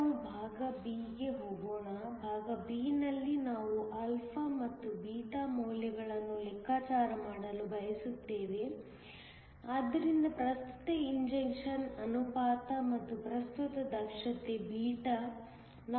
ಈಗ ನಾವು ಭಾಗ b ಗೆ ಹೋಗೋಣ ಭಾಗ b ನಲ್ಲಿ ನಾವು ಆಲ್ಫಾ ಮತ್ತು ಬೀಟಾ ಮೌಲ್ಯಗಳನ್ನು ಲೆಕ್ಕಾಚಾರ ಮಾಡಲು ಬಯಸುತ್ತೇವೆ ಆದ್ದರಿಂದ ಪ್ರಸ್ತುತ ಇಂಜೆಕ್ಷನ್ ಅನುಪಾತ ಮತ್ತು ಪ್ರಸ್ತುತ ದಕ್ಷತೆ β